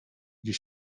gdzie